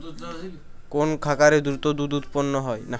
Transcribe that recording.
কোন খাকারে দ্রুত দুধ উৎপন্ন করে?